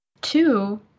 Two